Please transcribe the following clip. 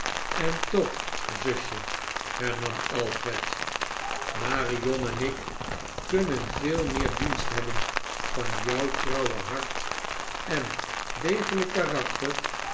en toch zusje he-mam alfred marion en ik kunnen veel meer dienst hebben van jou trouwe hart en degelijk karakter